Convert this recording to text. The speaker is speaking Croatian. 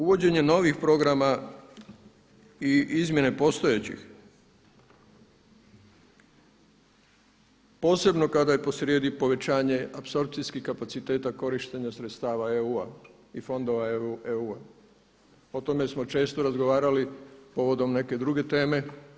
Uvođenje novih programa i izmjene postojećih posebno kada je po srijedi povećanje apsorpcijskih kapaciteta korištenja sredstava EU-a i fondova EU-a, o tome smo često razgovarali povodom neke druge teme.